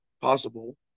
possible